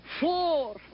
four